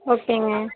ஓகேங்க